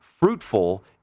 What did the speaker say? fruitful